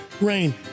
rain